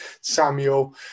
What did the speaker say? Samuel